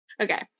Okay